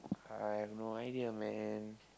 I have no idea man